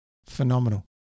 Phenomenal